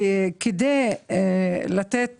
כדי לתת